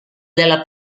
della